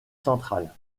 centrale